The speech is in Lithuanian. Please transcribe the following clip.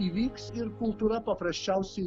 įvyks ir kultūra paprasčiausiai